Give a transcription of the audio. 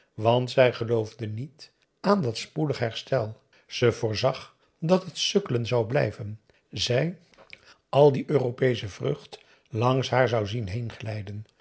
want zij geloofde niet aan dat spoedig herstel ze voorzag dat het sukkelen zou blijvenen zij al die europeesche vreugd langs haar zou zien